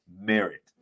merit